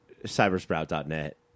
cybersprout.net